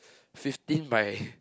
fifteen my